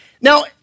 Now